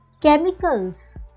chemicals